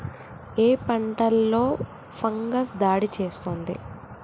ఏ పంటలో ఫంగస్ దాడి చేస్తుంది?